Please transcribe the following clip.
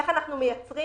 איך אנחנו מייצרים